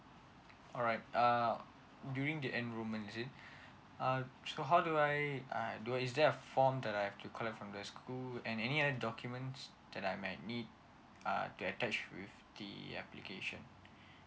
alright uh during the enrollment is it uh so how do I uh I do uh is there a form that I have to collect from the school and any other documents that I might need uh to attach to the uh application